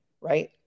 Right